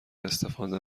استفاده